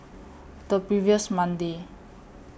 The previous Monday